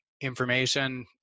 information